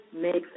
makes